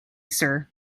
sir